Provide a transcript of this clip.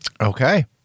Okay